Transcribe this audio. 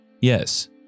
yes